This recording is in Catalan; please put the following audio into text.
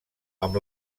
amb